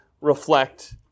reflect